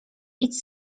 idź